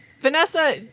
Vanessa